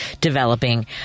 developing